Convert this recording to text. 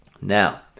Now